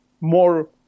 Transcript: more